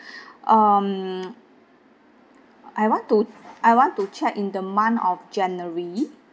um I want to I want to check in the month of january